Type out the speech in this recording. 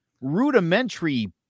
rudimentary